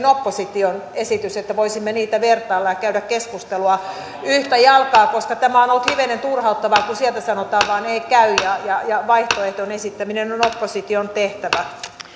opposition esitys että voisimme niitä vertailla ja käydä keskustelua yhtä jalkaa koska tämä on ollut hivenen turhauttavaa kun sieltä sanotaan vain ei käy ja ja vaihtoehtojen esittäminen on opposition tehtävä